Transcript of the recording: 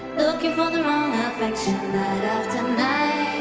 looking for the wrong ah affection night after night